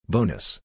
Bonus